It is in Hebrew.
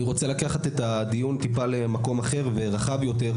אני רוצה לקחת את הדיון טיפה למקום אחר ורחב יותר,